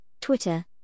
Twitter